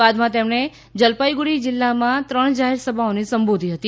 બાદમાં તેમણે જલપાઇગુડી જિલ્લામાં ત્રણ જાહેર સભાઓને સંબોધી હતી